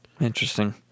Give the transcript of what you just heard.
Interesting